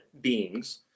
beings